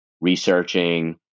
researching